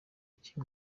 iki